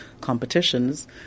competitions